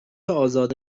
ازاده